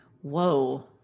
Whoa